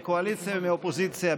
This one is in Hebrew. מהקואליציה ומהאופוזיציה,